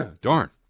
darn